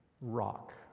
Rock